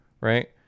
right